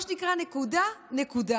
מה שנקרא, נקודה-נקודה.